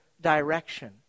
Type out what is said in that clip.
direction